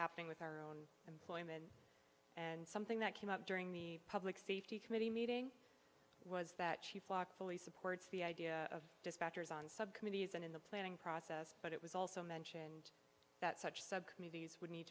happening with our own employment and something that came up during the public safety committee meeting was that she flocked fully supports the idea of dispatchers on subcommittees and in the planning process but it was also mentioned that such subcommittees would need